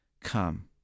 come